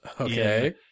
Okay